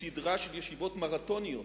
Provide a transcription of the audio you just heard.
סדרה של ישיבות מרתוניות,